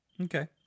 Okay